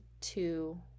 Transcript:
two